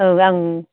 औ आं